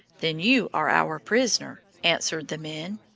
then you are our prisoner, answered the men.